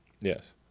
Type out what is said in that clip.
Yes